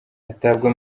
atabwa